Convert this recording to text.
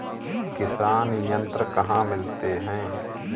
किसान यंत्र कहाँ मिलते हैं?